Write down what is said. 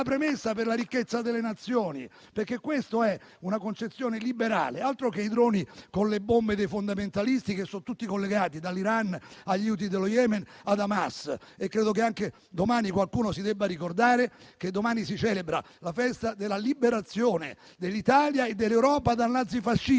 premessa per la ricchezza delle Nazioni: questa è una concezione liberale, altro che i droni con le bombe dei fondamentalisti, che sono tutti collegati dall'Iran, agli Houthi dello Yemen e ad Hamas. Credo che domani qualcuno si debba ricordare che si celebra la festa della liberazione dell'Italia e dell'Europa dal nazifascismo,